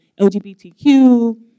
LGBTQ